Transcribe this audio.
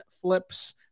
flips